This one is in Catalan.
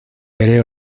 pere